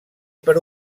per